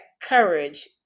courage